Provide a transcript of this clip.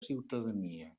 ciutadania